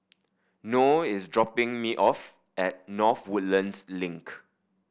Noe is dropping me off at North Woodlands Link